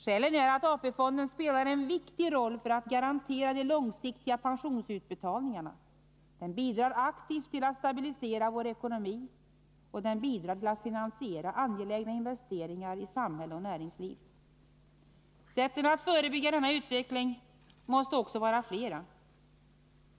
Skälen är att AP-fonden spelar en viktig roll för att garantera de långsiktiga pensionsutbetalningarna, den bidrar aktivt till att stabilisera vår ekonomi och den bidrar till att finansiera angelägna investeringar i samhälle och näringsliv. Sätten att förebygga denna utveckling måste också vara flera.